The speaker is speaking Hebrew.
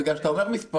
בגלל שאתה אומר מספרים,